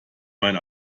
mein